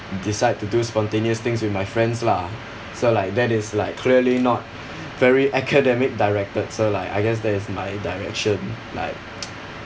decide to do spontaneous things with my friends lah so like that is like clearly not very academic directed so like I guess that is my direction like